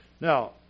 Now